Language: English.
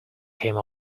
came